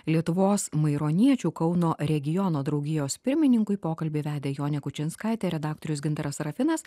lietuvos maironiečių kauno regiono draugijos pirmininkui pokalbį vedė jonė kučinskaitė redaktorius gintaras rafinas